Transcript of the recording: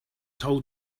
told